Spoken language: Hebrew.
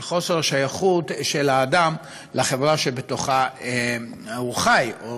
של חוסר השייכות של האדם לחברה שבתוכה הוא חי או